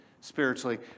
spiritually